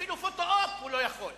אפילו פוטו-אופ הוא לא יכול.